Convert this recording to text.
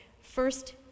first